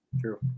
True